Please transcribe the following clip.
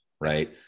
right